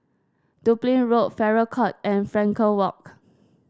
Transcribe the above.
Dublin Road Farrer Court and Frankel Walk